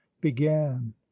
began